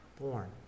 born